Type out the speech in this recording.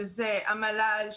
שזה המל"ל,